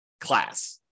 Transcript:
class